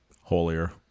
Holier